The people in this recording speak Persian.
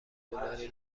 دلاری